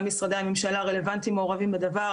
גם משרדי ממשלה רלוונטיים מעורבים בדבר,